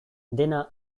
dena